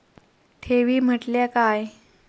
ठेवी म्हटल्या काय?